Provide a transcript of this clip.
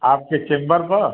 आपके चेम्बर मा